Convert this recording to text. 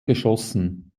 geschossen